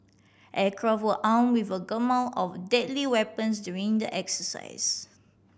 aircraft were arm with a gamut of deadly weapons during the exercise